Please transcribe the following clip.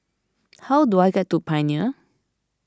how do I get to Pioneer